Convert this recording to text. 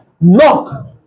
Knock